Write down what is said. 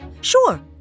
Sure